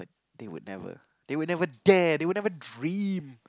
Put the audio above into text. they would never they would never dare they would never dream